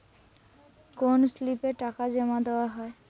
কোন স্লিপে টাকা জমাদেওয়া হয়?